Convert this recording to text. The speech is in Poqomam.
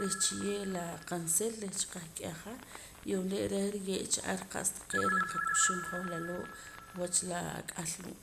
reh chiye' laa qaansil reh cha qah k'eja y uumre' reh riye'cha ar qa'sa taqee' reh qak'uxum hoj laloo' wach la ak'al loo'